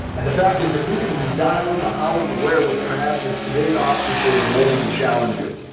and the fact is, if you can dial in the hall on the wire, what's going to happen is today's off just goes won't even challenge you.